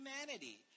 humanity